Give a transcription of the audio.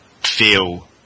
feel